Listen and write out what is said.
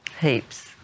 Heaps